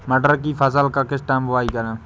मटर की फसल का किस टाइम बुवाई करें?